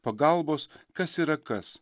pagalbos kas yra kas